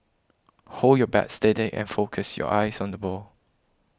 hold your bat steady and focus your eyes on the ball